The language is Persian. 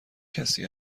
کسی